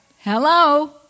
hello